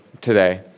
today